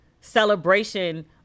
celebration